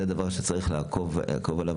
זה דבר שצריך לעקוב אחריו.